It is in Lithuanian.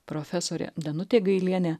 profesorė danutė gailienė